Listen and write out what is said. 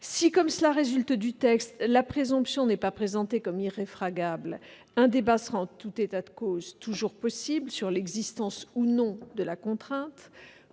Si, comme il résulte du texte, la présomption n'est pas présentée comme irréfragable, un débat sera en tout état de cause toujours possible sur l'existence ou non de la contrainte.